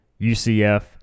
UCF